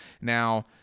Now